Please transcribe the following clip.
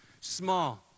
small